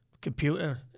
computer